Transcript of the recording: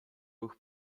ruch